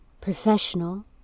professional